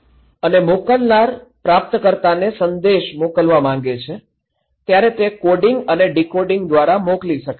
અને મોકલનાર પ્રાપ્તકર્તાને સંદેશ મોકલવા માંગે છે ત્યારે તે કોડિંગ અને ડીકોડિંગ દ્વારા મોકલી શકાય છે